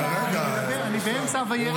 אני באמצע וירא.